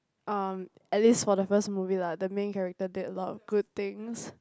um at least for the first movie lah the main character did a lot of good things